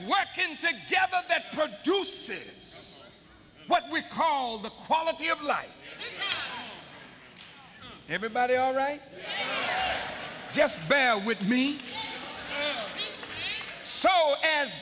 produces what we call the quality of life everybody alright just bear with me so as